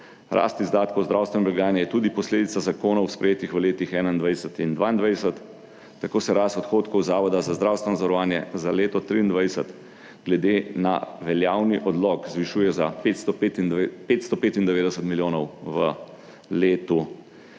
rast izdatkov zdravstvene blagajne je tudi posledica zakonov, sprejetih v letih 21 in 22, tako se rast odhodkov Zavoda za zdravstveno zavarovanje za leto 23 glede na veljavni odlok zvišuje za 595 milijonov v letu